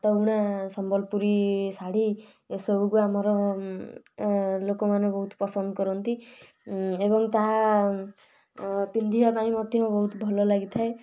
ହାତବୁଣା ସମ୍ବଲପୁରୀ ଶାଢ଼ୀ ଏସବୁକୁ ଆମର ଲୋକମାନେ ବହୁତ ପସନ୍ଦ କରନ୍ତି ଏବଂ ତାହା ପିନ୍ଧିବା ପାଇଁ ମଧ୍ୟ ବହୁତ ଭଲ ଲାଗିଥାଏ